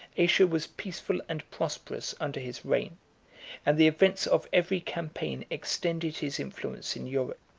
asia was peaceful and prosperous under his reign and the events of every campaign extended his influence in europe.